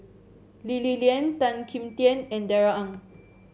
Lee Li Lian Tan Kim Tian and Darrell Ang